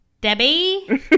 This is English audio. Debbie